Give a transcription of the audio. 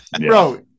Bro